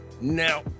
now